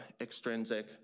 extrinsic